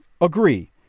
Agree